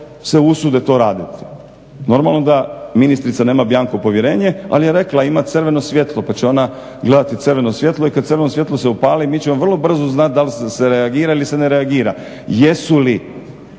se usude to raditi. Normalno da ministrica nema bianco povjerenje, ali je rekla ima crveno svjetlo pa će ona gledati crveno svjetlo i kad crveno svjetlo se upali mi ćemo vrlo brzo znati da li se reagira ili se ne reagira. Jesu li